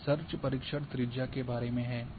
यह सर्च परिक्षण त्रिज्या के बारे में है